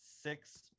Six